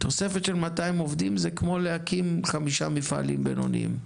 תוספת של 200 עובדים היא כמו להקים שני חמישה מפעלים בינוניים.